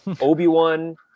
Obi-Wan